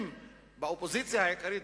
אם באופוזיציה העיקרית,